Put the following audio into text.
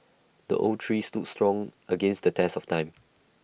the oak tree stood strong against the test of time